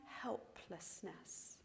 helplessness